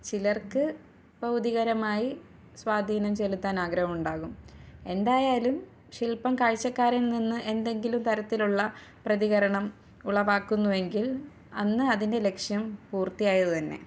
ചിലർക്ക് ഭൗതികപരമായി സ്വാധീനം ചെലുത്താൻ ആഗ്രഹമുണ്ടാകും എന്തായാലും ശില്പം കാഴ്ചക്കാരിൽ നിന്ന് എന്തെങ്കിലും തരത്തിലുള്ള പ്രതികരണം ഉളവാക്കുന്നു എങ്കിൽ അന്ന് അതിൻ്റെ ലക്ഷ്യം പൂർത്തിയായതു തന്നെ